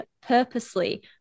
purposely